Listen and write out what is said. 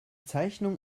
zeichnung